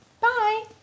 Bye